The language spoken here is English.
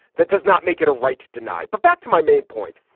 that does not make it a right to deny. but back to my main point.